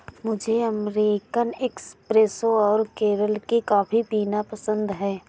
मुझे American espresso और केरल की कॉफी पीना पसंद है